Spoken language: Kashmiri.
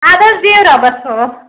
اَدٕ حظ بیٚہِو رۄبَس حوال